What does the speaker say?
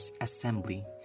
assembly